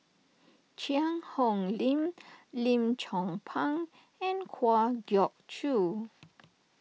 Cheang Hong Lim Lim Chong Pang and Kwa Geok Choo